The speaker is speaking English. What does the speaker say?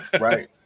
Right